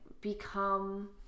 become